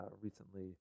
recently